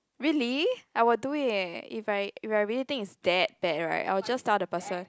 really I will do it eh if I if I really think it's that bad right I will just tell the person